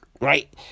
Right